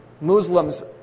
Muslims